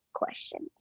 questions